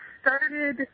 started